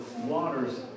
waters